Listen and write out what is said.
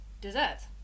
desserts